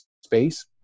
space